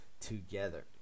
together